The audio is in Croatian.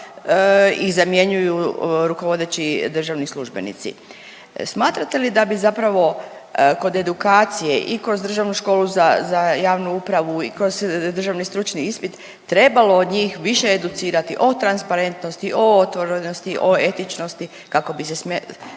ih zamjenjuju rukovodeći državni službenici. Smatrate li da bi zapravo kod edukacije i kroz Državnu školu za, za javnu upravu i kroz državni stručni ispit trebalo od njih više educirati o transparentnosti, o otvorenosti, o etičnosti kako bi se smanjilo